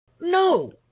No